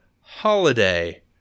Holiday